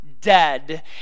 dead